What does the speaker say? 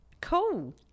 Cool